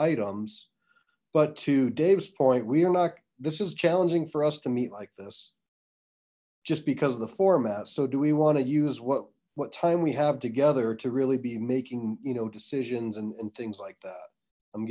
items but to dave's point we are not this is challenging for us to meet like this just because of the format so do we want to use what what time we have together to really be making you know decisions and things like that i'm